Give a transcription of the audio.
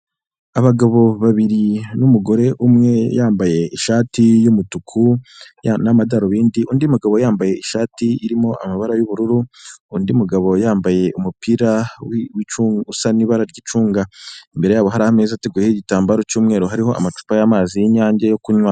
Abagabo babiri n'umugore umwe yambaye ishati y'umutuku n'amadarubindi, undi mugabo yambaye ishati irimo amabara y'ubururu, undi mugabo yambaye umupira usa n'ibara ry'icunga, imbere yabo hari ameza ateguyeho igitambaro cy'umweru, hariho amacupa y'amazi y'Inyange yo kunywa.